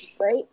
Right